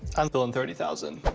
i'm feeling thirty thousand